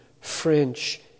French